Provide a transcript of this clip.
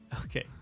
Okay